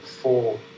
four